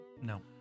No